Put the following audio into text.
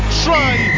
try